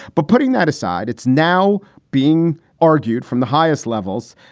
but putting that aside, it's now being argued from the highest levels,